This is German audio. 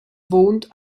wohnt